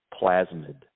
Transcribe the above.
plasmid